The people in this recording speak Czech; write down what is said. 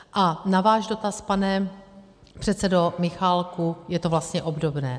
A na váš dotaz, pane předsedo Michálku je to vlastně obdobné.